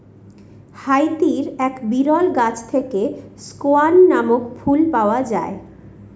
হাইতির এক বিরল গাছ থেকে স্কোয়ান নামক ফুল পাওয়া যায়